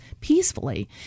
peacefully